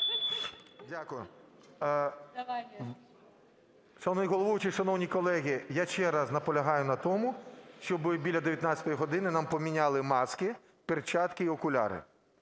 Дякую. Шановний головуючий, шановні колеги, я ще раз наполягаю на тому, щоб біля 19 години нам поміняли маски, перчатки і окуляри.